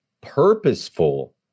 purposeful